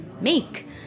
make